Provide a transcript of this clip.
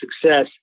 success